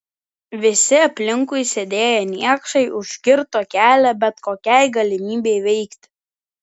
visi aplinkui sėdėję niekšai užkirto kelią bet kokiai galimybei veikti